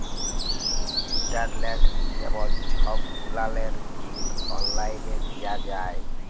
ইলটারলেট, কেবল ছব গুলালের বিল অললাইলে দিঁয়া যায়